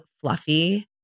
fluffy